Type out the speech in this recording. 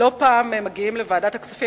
לא פעם מגיעים לוועדת הכספים,